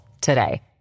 today